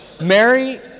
Mary